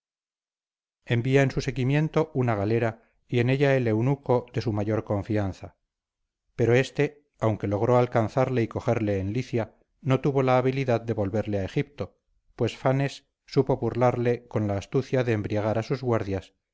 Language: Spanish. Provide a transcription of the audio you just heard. en su seguimiento una galera y en ella el eunuco de su mayor confianza pero éste aunque logró alcanzarle y cogerle en licia no tuvo la habilidad de volverle a egipto pues fanes supo burlarle con la astucia de embriagar a sus guardias